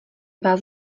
vás